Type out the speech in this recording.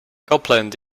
copland